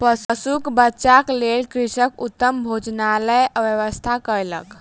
पशुक बच्चाक लेल कृषक उत्तम भोजनक व्यवस्था कयलक